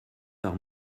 par